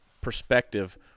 perspective